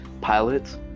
pilots